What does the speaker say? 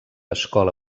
escola